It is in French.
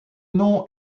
nom